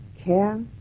care